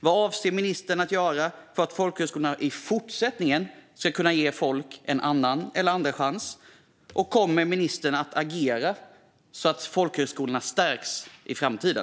Vad avser ministern att göra för att folkhögskolorna i fortsättningen ska kunna ge folk en andra chans, och kommer ministern att agera så att folkhögskolorna stärks i framtiden?